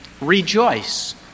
Rejoice